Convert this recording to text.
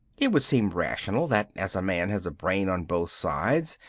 it would seem rational that as a man has a brain on both sides,